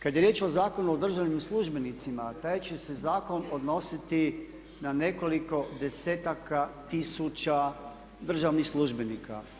Kada je riječ o Zakonu o državnim službenicima taj će se zakon odnositi na nekoliko desetaka tisuća državnih službenika.